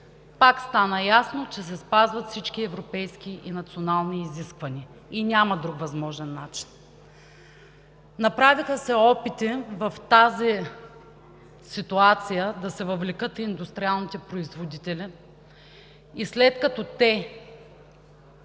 Пак стана ясно, че се спазват всички европейски и национални изисквания и няма друг възможен начин. Направиха се опити в тази ситуация да се въвлекат индустриалните производители. След като те